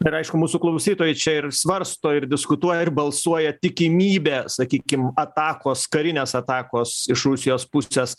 ir aišku mūsų klausytojai čia ir svarsto ir diskutuoja ir balsuoja tikimybė sakykim atakos karinės atakos iš rusijos pusės